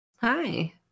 Hi